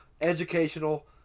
educational